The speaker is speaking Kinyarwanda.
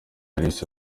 alice